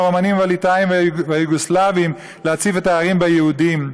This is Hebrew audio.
הרומנים והליטאים והיוגוסלבים להציף את הערים ביהודים?